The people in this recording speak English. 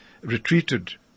retreated